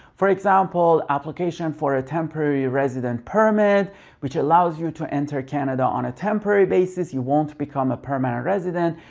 for example, application for a temporary resident permit which allows you to enter canada on a temporary basis. you won't become a permanent resident,